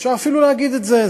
אפשר אפילו להגיד את זה,